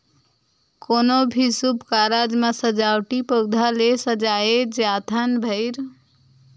कोनो भी सुभ कारज म सजावटी पउधा ले सजाए जाथन भइर